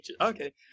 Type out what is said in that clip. okay